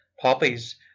Poppies